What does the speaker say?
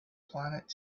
planet